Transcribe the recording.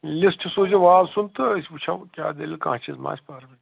list سوٗزیوٗ وازٕ سُنٛد تہٕ أسۍ وٕچھَو کیٛاہ دٔلیٖل کانٛہہ چیٖز مَہ آسہِ پَرٕ وٕنہِ